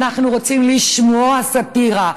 אנחנו רוצים לשמוע סאטירה,